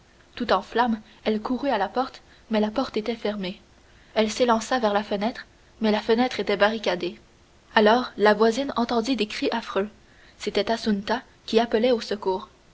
tout en flammes elle courut à la porte mais la porte était fermée elle s'élança vers la fenêtre mais la fenêtre était barricadée alors la voisine entendit des cris affreux c'était assunta qui appelait au secours